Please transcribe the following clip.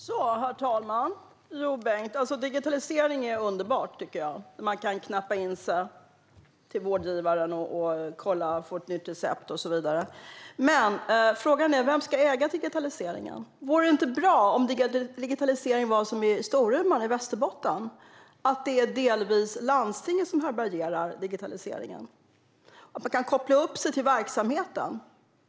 Herr talman! Jo, Bengt, digitaliseringen är underbar, tycker jag. Man kan knappa in sig till vårdgivaren och kolla, få ett nytt recept och så vidare. Men frågan är: Vem ska äga digitaliseringen? Vore det inte bra om digitaliseringen var som i Storuman i Västerbotten? Det är delvis landstinget som härbärgerar digitaliseringen där, och man kan koppla upp sig till verksamheten?